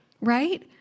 right